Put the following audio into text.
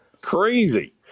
Crazy